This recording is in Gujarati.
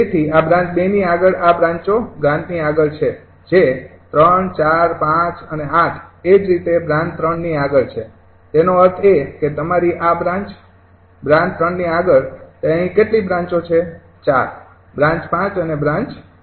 તેથી આ બ્રાન્ચ ૨ ની આગળ આ બ્રાંચો બ્રાન્ચની આગળ છે ૩ ૪ ૫ અને ૮ એ જ રીતે બ્રાન્ચ ૩ ની આગળ છે તેનો અર્થ એ કે તમારી આ બ્રાન્ચ બ્રાન્ચ ૩ની આગળ તે અહીં કેટલી બ્રાંચો છે ૪ બ્રાન્ચ ૫ અને બ્રાન્ચ ૮